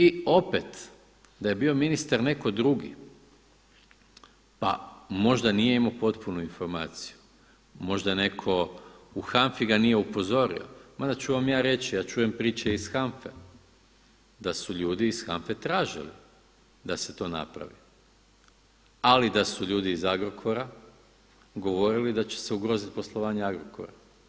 I opet da je bio ministar neko drugi, pa možda nije imao potpunu informaciju, možda neko u HANFA-i ga nije upozori, mada ću vam ja reći ja čujem priče iz HANFA-e da su to ljudi iz HANFA-e tražili da se to napravi, ali da su ljudi iz Agrokora govorili da će se ugroziti poslovanje Agrokora.